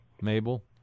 Mabel